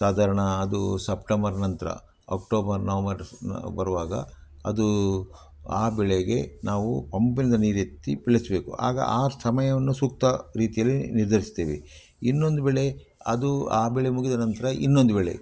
ಸಾಧಾರಣ ಅದು ಸಪ್ಟೆಂಬರ್ ನಂತರ ಅಕ್ಟೋಬರ್ ನವಂಬರ್ ಬರುವಾಗ ಅದು ಆ ಬೆಳೆಗೆ ನಾವು ಪಂಪಿಂದ ನೀರೆತ್ತಿ ಬೆಳೆಸಬೇಕು ಆಗ ಆ ಸಮಯವನ್ನು ಸೂಕ್ತ ರೀತಿಯಲ್ಲಿ ನಿರ್ಧರಿಸ್ತೇವೆ ಇನ್ನೊಂದು ಬೆಳೆ ಅದು ಆ ಬೆಳೆ ಮುಗಿದ ನಂತರ ಇನ್ನೊಂದು ಬೆಳೆ